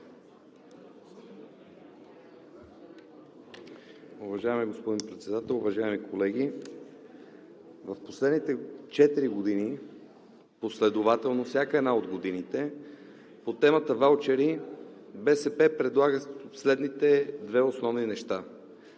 Уважаеми господин Председател, уважаеми колеги! В последните четири години последователно всяка една от годините по темата ваучери БСП предлага следните две основни неща: